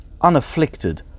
unafflicted